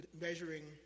measuring